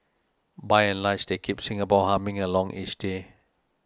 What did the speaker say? by and large they keep Singapore humming along each day